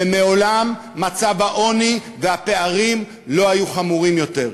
ומעולם מצב העוני והפערים לא היה חמור יותר.